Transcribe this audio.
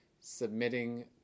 submitting